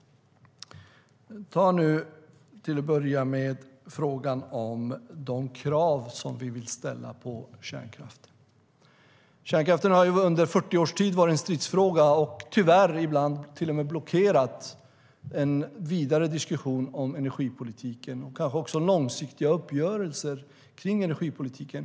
Till att börja med har vi frågan om de krav som vi vill ställa på kärnkraften. Kärnkraften har under 40 års tid varit en stridsfråga och ibland tyvärr till och med blockerat en vidare diskussion om energipolitiken och kanske också långsiktiga uppgörelser om energipolitiken.